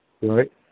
right